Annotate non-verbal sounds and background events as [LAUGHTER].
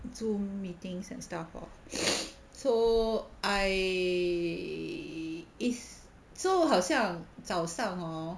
zoom meetings and stuff lor [BREATH] so I is so 好像早上 hor